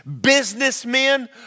businessmen